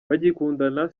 bagikundana